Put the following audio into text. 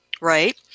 right